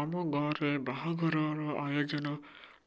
ଆମ ଗାଁରେ ବାହାଘରର ଆୟୋଜନ